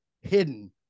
hidden